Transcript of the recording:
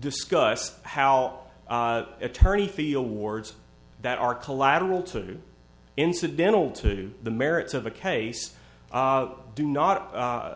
discussed how attorney feel wards that are collateral to incidental to the merits of a case do not